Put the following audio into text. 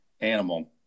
animal